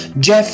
Jeff